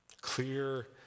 Clear